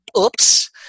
Oops